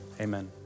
Amen